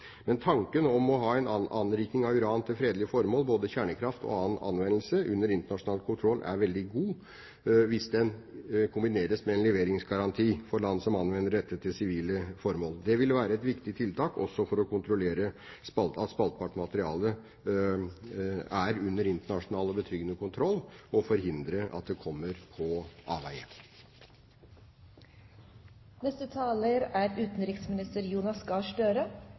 Tanken om å ha anriking av uran til fredelige formål, både kjernekraft og annen anvendelse, under internasjonal kontroll er veldig god hvis den kombineres med en leveringsgaranti for land som anvender dette til sivile formål. Det ville være et viktig tiltak også for å kontrollere at spaltbart materiale er under internasjonal og betryggende kontroll og for å forhindre at det kommer på